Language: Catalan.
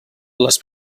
les